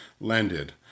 landed